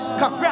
come